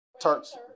Turks